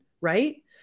Right